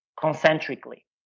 concentrically